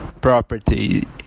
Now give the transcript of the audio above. property